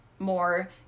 more